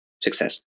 success